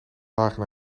lagen